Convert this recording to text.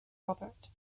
robert